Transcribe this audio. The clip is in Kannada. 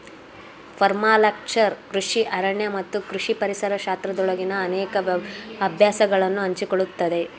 ಪರ್ಮಾಕಲ್ಚರ್ ಕೃಷಿ ಅರಣ್ಯ ಮತ್ತು ಕೃಷಿ ಪರಿಸರ ಶಾಸ್ತ್ರದೊಂದಿಗೆ ಅನೇಕ ಅಭ್ಯಾಸಗಳನ್ನು ಹಂಚಿಕೊಳ್ಳುತ್ತದೆ